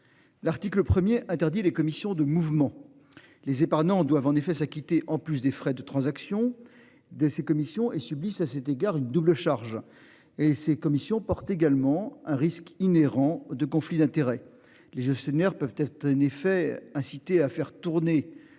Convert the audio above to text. L'article 1er interdit les commissions de mouvement. Les épargnants doivent en effet s'acquitter en plus des frais de transaction de ces commissions et subissent à cet égard une double charge et ces commissions porte également un risque inhérent de conflits d'intérêts. Les gestionnaires peuvent être un effet inciter à faire tourner